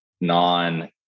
non